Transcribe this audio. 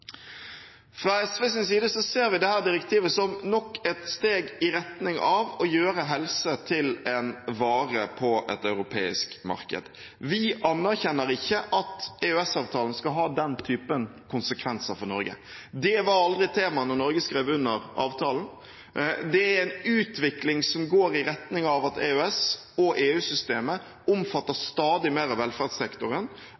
Fra SVs side ser vi dette direktivet som nok et steg i retning av å gjøre helse til en vare på et europeisk marked. Vi anerkjenner ikke at EØS-avtalen skal ha den typen konsekvenser for Norge. Det var aldri tema da Norge skrev under avtalen. Det er en utvikling som går i retning av at EØS og